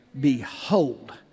Behold